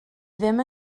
ddim